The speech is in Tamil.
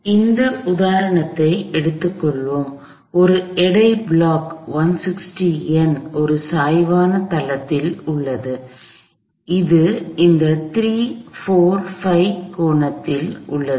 எனவே இந்த உதாரணத்தை எடுத்துக்கொள்வோம் ஒரு எடை பிளாக் 160 N ஒரு சாய்வான தளத்தில் உள்ளது அது இந்த 3 4 5 முக்கோணத்தில் உள்ளது